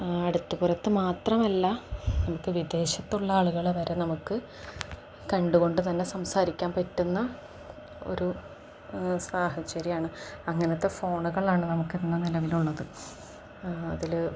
അടുത്തപ്പുറത്ത് മാത്രമല്ല നമുക്ക് വിദേശത്തുള്ള ആളുകളെ വരെ നമുക്ക് കണ്ടു കൊണ്ട് തന്നെ സംസാരിക്കാൻ പറ്റുന്ന ഒരു സാഹചര്യമാണ് അങ്ങനത്തെ ഫോണുകളാണ് നമുക്ക് ഇന്ന് നിലവിലുള്ളത് അതിൽ